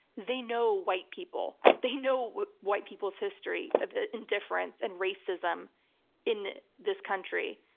they know white people. they know white people's history of indifference and racism in this country,